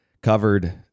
covered